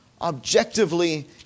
objectively